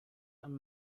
and